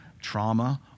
trauma